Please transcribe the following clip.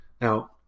Now